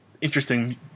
interesting